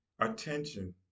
attention